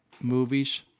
movies